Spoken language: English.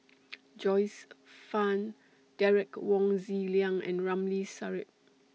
Joyce fan Derek Wong Zi Liang and Ramli Sarip